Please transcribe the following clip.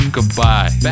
Goodbye